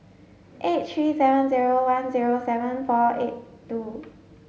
eight three seven zero one zero seven four eight two